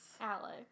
Alex